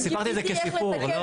סיפרתי את זה כסיפור.